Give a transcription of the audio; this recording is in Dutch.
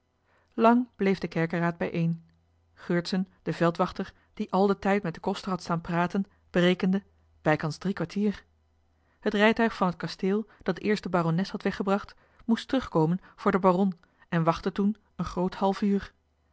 lang bleef de kerkeraad bijeen geurtsen de veldwachter die al den tijd met den koster had staan praten berekende bekans drie kwartier het rijtuigvan het kasteel dat eerst de barones had weggebracht moest terugkomenvoor den baron en het wachten was een groot hallef uur